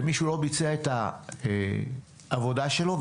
ביצוע החלטות אלו,